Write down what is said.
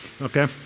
Okay